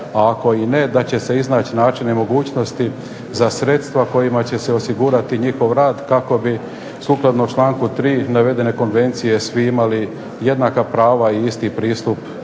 A ako i ne da će se iznaći načina i mogućnosti za sredstva kojima će se osigurati njihov rad kako bi sukladno članku 3. navedene Konvencije svi imali jednaka prava i isti pristup